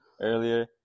earlier